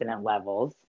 levels